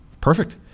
Perfect